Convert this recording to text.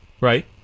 right